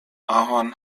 ahorn